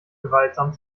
gewaltsam